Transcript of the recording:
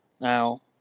now